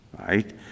right